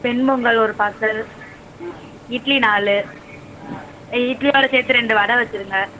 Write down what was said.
வெண்பொங்கல் ஒரு பார்சல் இட்லி நாலு இட்லியோடு சேர்த்து ரெண்டு வடை வெச்சிருங்க